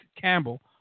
campbell